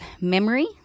memory